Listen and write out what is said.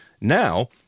Now